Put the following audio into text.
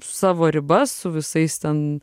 savo ribas su visais ten